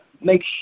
make